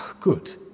Good